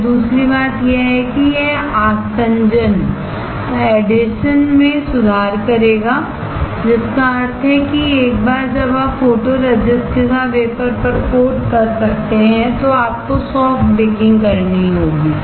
फिर दूसरी बात यह है कि यह आसंजन में सुधार करेगा जिसका अर्थ है कि एक बार जब आप फोटोरेसिस्ट के साथ वेफर पर कोट करते हैं तो आपको सॉफ्ट बेकिंग करनी होगी